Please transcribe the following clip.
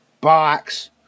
box